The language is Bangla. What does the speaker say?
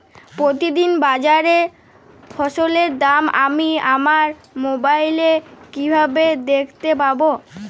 প্রতিদিন বাজারে ফসলের দাম আমি আমার মোবাইলে কিভাবে দেখতে পাব?